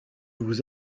vous